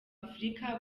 afurika